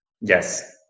Yes